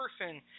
person